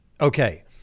Okay